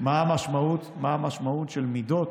מה המשמעות של מידות.